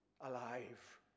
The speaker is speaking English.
alive